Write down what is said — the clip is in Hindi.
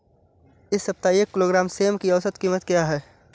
इस सप्ताह एक किलोग्राम सेम की औसत कीमत क्या है?